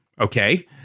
okay